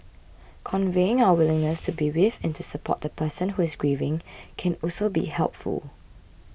conveying our willingness to be with and to support the person who is grieving can also be helpful